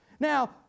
Now